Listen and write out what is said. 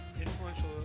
influential